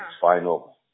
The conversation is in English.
final